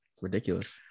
ridiculous